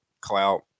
clout